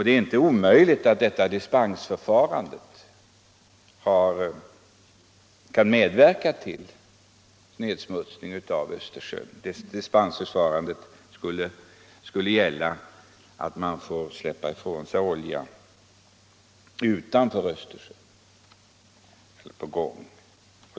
Det är inte omöjligt att dispenserna kan medverka till nedsmutsning av Östersjön, även om de skulle avse utsläpp av olja i andra vatten.